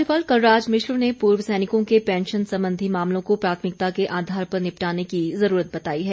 राज्यपाल कलराज मिश्र ने पूर्व सैनिकों के पैंशन संबंधी मामलों का प्राथमिकता के आधार पर निपटाने की ज़रूरत बताई है